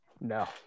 No